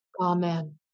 Amen